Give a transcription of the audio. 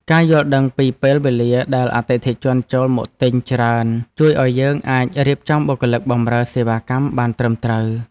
ការយល់ដឹងពីពេលវេលាដែលអតិថិជនចូលមកទិញច្រើនជួយឱ្យយើងអាចរៀបចំបុគ្គលិកបំរើសេវាកម្មបានត្រឹមត្រូវ។